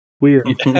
Weird